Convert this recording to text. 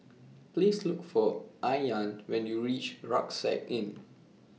Please Look For Ayaan when YOU REACH Rucksack Inn